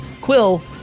Quill